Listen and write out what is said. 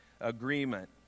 agreement